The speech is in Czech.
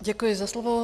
Děkuji za slovo.